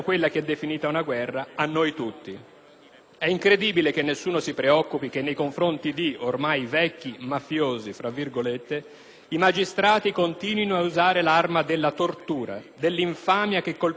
È incredibile che nessuno si preoccupi che nei confronti di, ormai vecchi, "mafiosi" i magistrati continuino a usare l'arma della tortura, dell'infamia che colpisce non solo i "mafiosi" ma sta